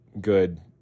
good